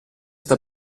sta